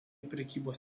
prekybos